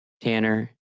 Tanner